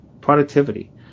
productivity